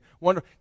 wonder